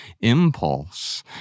impulse